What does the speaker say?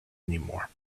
anymore